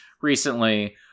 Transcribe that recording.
recently